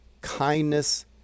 kindness